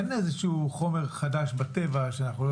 אין איזה שהוא חומר חדש בטבע שאנחנו לא